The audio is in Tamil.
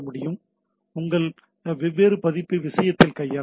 இது உங்கள் வெவ்வேறு பதிப்பை விஷயத்தில் கையாள முடியும்